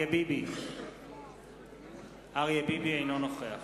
עפו אגבאריה, אינו נוכח